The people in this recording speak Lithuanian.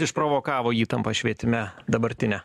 išprovokavo įtampą švietime dabartinę